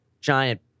giant